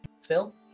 Phil